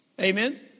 Amen